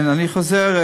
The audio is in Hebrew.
אני חוזר,